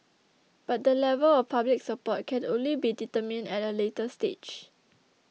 but the level of public support can only be determined at a later stage